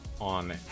on